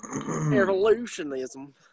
evolutionism